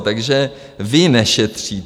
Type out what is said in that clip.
Takže vy nešetříte.